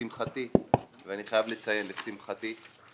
לשמחתי ואני חייב לציין שמעתי